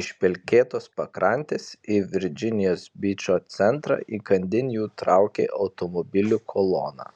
iš pelkėtos pakrantės į virdžinijos bičo centrą įkandin jų traukė automobilių kolona